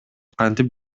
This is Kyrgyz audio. кантип